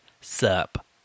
sup